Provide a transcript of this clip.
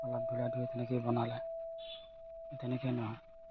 অলপ ধূলা ধুই তেনেকৈয়ে বনালে তেনেকেই নহয়